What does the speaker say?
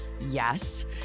yes